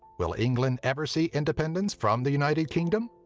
will england ever see independence from the united kingdom?